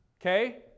Okay